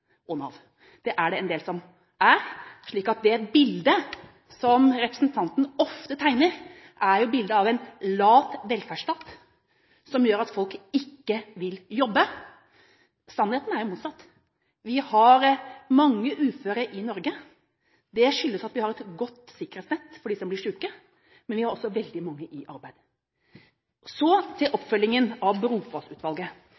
Nav. Det er det en del som er. Det bildet som representanten ofte tegner, er bildet av en lat velferdsstat som gjør at folk ikke vil jobbe. Sannheten er jo det motsatte. Vi har mange uføre i Norge. Det skyldes at vi har et godt sikkerhetsnett for dem som blir syke, men vi har også veldig mange i arbeid. Så til